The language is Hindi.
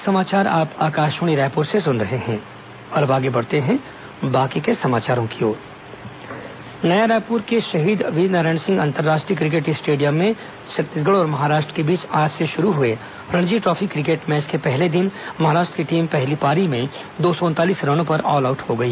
रणजी ट्रॉफी नया रायपुर के शहीद वीरनारायण सिंह अंतर्राष्ट्रीय क्रिकेट स्टेडियम में छत्तीसगढ़ और महाराष्ट्र के बीच आज से शुरू हुए रणजी ट्रॉफी क्रिकेट मैच के पहले दिन महाराष्ट्र की टीम पहली पारी में दो सौ उनतालीस रनों पर ऑलआउट हो गई